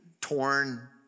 torn